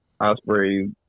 Osprey